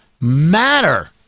matter